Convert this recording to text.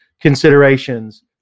considerations